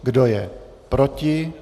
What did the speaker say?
Kdo je proti?